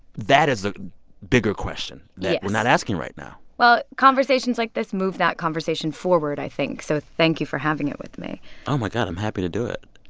that is the bigger question that we're not asking right now well, conversations like this move that conversation forward, i think. so thank you for having it with me oh, my god, i'm happy to do it.